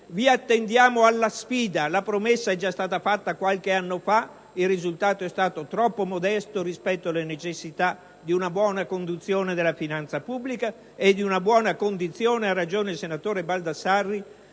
Vi attendiamo alla sfida. La promessa è stata già fatta qualche anno fa: il risultato è stato troppo modesto rispetto alle necessità di una buona conduzione della finanza pubblica e di una buona condizione - ha ragione il senatore Baldassarri